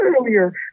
earlier